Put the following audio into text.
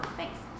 thanks